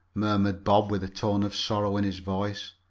murmured bob, with a tone of sorrow in his voice.